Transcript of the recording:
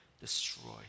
destroy